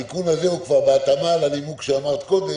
התיקון הזה הוא כבר בהתאמה לנימוק שאמרת קודם.